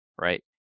right